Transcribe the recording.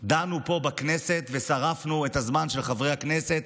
דנו פה בכנסת ושרפנו את הזמן של חברי הכנסת,